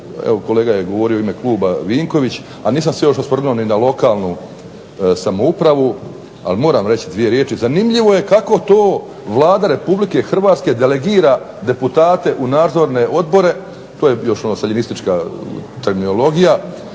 kolega je govorio u ime kluba Vinković, a nisam se još osvrnuo ni na lokalnu samoupravu, ali moram reći dvije riječi. Zanimljivo je kako to Vlada RH delegira deputate u nadzorne odbore to je još staljinistička terminologija,